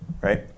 right